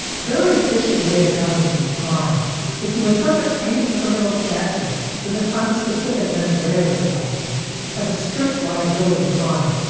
very efficient way to govern through crime is to interpret any criminal statute with an unspecific mens rea requirement as a strict liability crime.